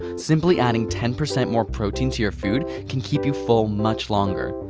simply adding ten percent more protein to your food can keep you full much longer.